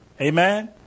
Amen